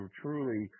truly